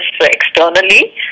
externally